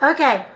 Okay